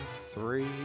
three